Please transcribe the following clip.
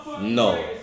No